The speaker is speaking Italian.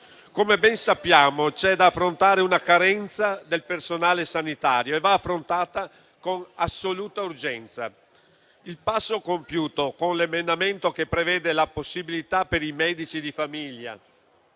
Come ben sappiamo, c'è da affrontare una carenza del personale sanitario e va fatto con assoluta urgenza. Il passo compiuto con l'emendamento che prevede la possibilità per i medici di famiglia